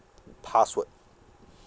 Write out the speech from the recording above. mm password